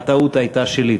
הטעות הייתה שלי.